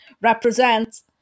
represents